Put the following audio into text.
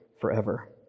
forever